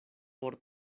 por